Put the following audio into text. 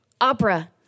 Opera